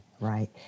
right